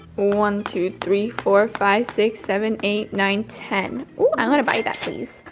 one, two, three, four, five, six, seven, eight, nine, ten, oh i wanna buy back these.